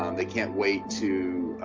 um they can't wait to,